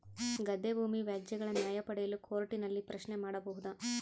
ಗದ್ದೆ ಭೂಮಿ ವ್ಯಾಜ್ಯಗಳ ನ್ಯಾಯ ಪಡೆಯಲು ಕೋರ್ಟ್ ನಲ್ಲಿ ಪ್ರಶ್ನೆ ಮಾಡಬಹುದಾ?